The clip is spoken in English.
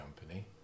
company